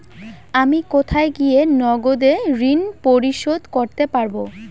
আমি কোথায় গিয়ে নগদে ঋন পরিশোধ করতে পারবো?